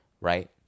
right